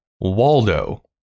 Waldo